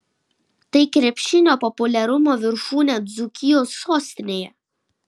tai krepšinio populiarumo viršūnė dzūkijos sostinėje